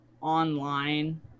online